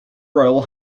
royal